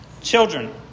children